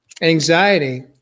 anxiety